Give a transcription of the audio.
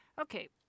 Okay